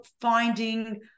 finding